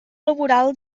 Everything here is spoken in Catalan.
laboral